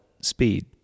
speed